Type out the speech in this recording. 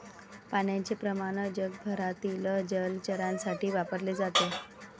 पाण्याचे प्रमाण जगभरातील जलचरांसाठी वापरले जाते